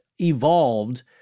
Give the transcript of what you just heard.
evolved